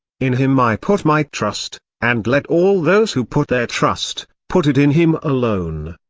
in him i put my trust, and let all those who put their trust, put it in him alone.